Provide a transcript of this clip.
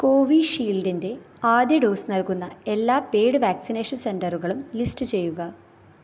കോവി ഷീൽഡിൻ്റെ ആദ്യ ഡോസ് നൽകുന്ന എല്ലാ പെയ്ഡ് വാക്സിനേഷൻ സെൻറ്ററുകളും ലിസ്റ്റ് ചെയ്യുക